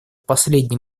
последний